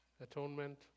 Atonement